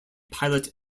pilot